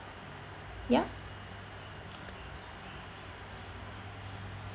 yours